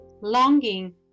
longing